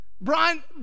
Brian